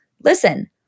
listen